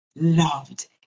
loved